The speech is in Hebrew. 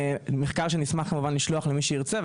נשמח לשלוח את המחקר למי שירצה,